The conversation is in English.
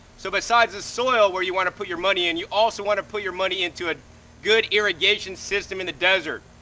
so besides the soil where you wanna put your money and you also wanna put your money into a good irrigation system in the desert.